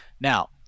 Now